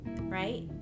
right